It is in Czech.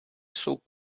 jsou